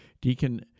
Deacon